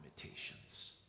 limitations